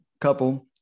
couple